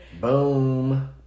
Boom